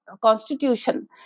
constitution